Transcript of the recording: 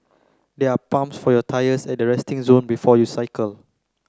there are pumps for your tyres at the resting zone before you cycle